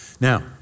Now